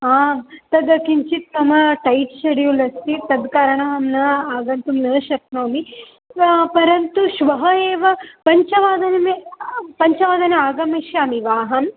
हा तद् किञ्चित् मम टैट् शेड्यूल् अस्ति तद् कारणं अहं न आगन्तुं न शक्नोमि परन्तु श्वः एव पञ्चवादनेवे पञ्चवादने आगमिष्यामि वा अहं